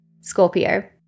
Scorpio